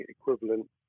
equivalent